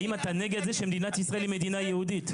האם אתה נגד זה שמדינת ישראל היא מדינה יהודית?